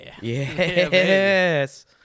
Yes